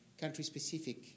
country-specific